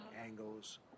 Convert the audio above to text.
angles